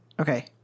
Okay